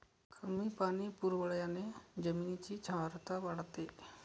कमी पाणी पुरवठ्याने जमिनीची क्षारता वाढते